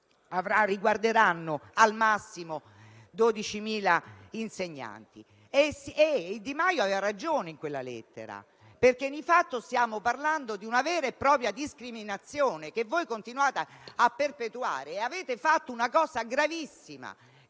esso riguarderà al massimo 12.000 insegnanti. Di Maio aveva ragione in quella lettera, perché di fatto stiamo parlando di una vera e propria discriminazione, che continuate a perpetuare. Avete fatto una cosa gravissima,